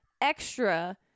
extra